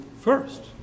first